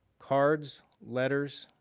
cards, letters,